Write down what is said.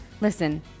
Listen